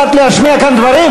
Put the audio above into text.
באת להשמיע כאן דברים?